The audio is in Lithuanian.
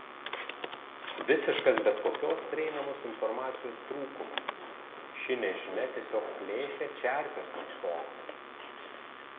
visiškas bet kokios prieinamos informacijos trūkumas ši nežinia tiesiog plėšia čerpes nuo stogo